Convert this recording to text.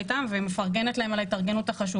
בדקתי את זה ביחד איתם ואני מפרגנת להם על ההתארגנות החשובה.